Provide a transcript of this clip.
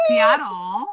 Seattle